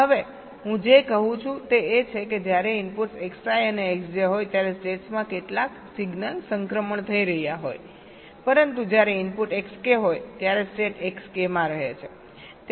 હવે હું જે કહું છું તે એ છે કે જ્યારે ઇનપુટ્સ Xi અને Xj હોય ત્યારે સ્ટેટ્સમાં કેટલાક સિગ્નલ સંક્રમણ થઈ રહ્યા હોય પરંતુ જ્યારે ઇનપુટ Xk હોય ત્યારે સ્ટેટ Xk માં રહે છે